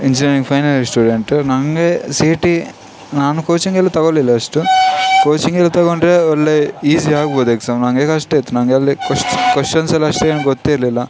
engineering final year student ನನಗೆ C E T ನಾನು ಕೋಚಿಂಗೆಲ್ಲ ತಗೊಳ್ಲಿಲ್ಲ ಅಷ್ಟು ಕೋಚಿಂಗೆಲ್ಲ ತಗೊಂಡರೆ ಒಳ್ಳೆ ಈಸಿ ಆಗ್ಬೋದು ಎಕ್ಸಾಮ್ ನನಗೆ ಕಷ್ಟ ಇತ್ತು ನನಗೆ ಅಲ್ಲೇ ಕೊಶ್ಚ್ ಕೊಶ್ಷನ್ಸೆಲ್ಲ ಅಷ್ಟೇನು ಏನು ಗೊತ್ತಿರಲಿಲ್ಲ